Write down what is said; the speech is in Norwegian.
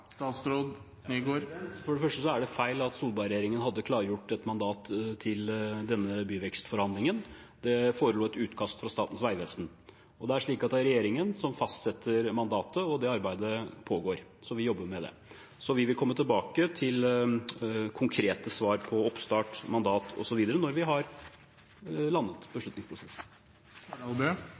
For det første er det feil at Solberg-regjeringen hadde klargjort et mandat til denne byvekstforhandlingen. Det forelå et utkast fra Statens vegvesen. Det er slik at det er regjeringen som fastsetter mandatet, og det arbeidet pågår – vi jobber med det. Så vi vil komme tilbake til konkrete svar på oppstart, mandat osv. når vi har landet